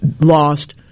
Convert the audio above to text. lost